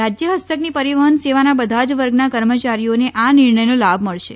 રાજ્ય હસ્તકની પરિવહન સેવાના બધા જ વર્ગના કર્મચારીઓને આ નિર્ણયનો લાભ મળશે